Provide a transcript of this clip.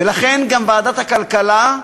ולכן גם ועדת הכלכלה,